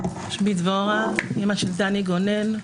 אני אימא של דני גונן,